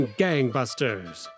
gangbusters